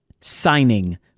signing